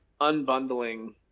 unbundling